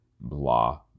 blah